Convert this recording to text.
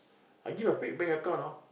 I give a fake bank account know